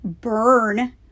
burn